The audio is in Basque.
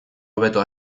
hobeto